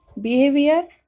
behavior